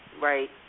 Right